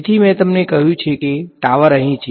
તેથી મેં તમને કહ્યું છે કે ટાવર અહીં છે